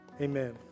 Amen